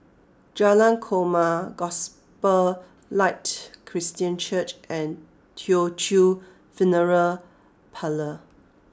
Jalan Korma Gospel Light Christian Church and Teochew Funeral Parlour